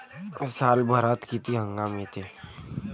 सालभरात किती हंगाम येते?